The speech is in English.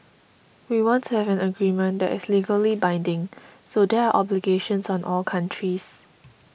we want to have an agreement that is legally binding so there are obligations on all countries